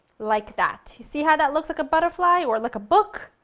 like that you see how that looks like a butterfly? or like a book?